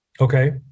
Okay